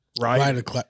Right